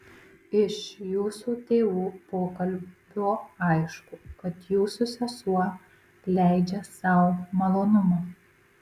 iš jūsų tėvų pokalbio aišku kad jūsų sesuo leidžia sau malonumą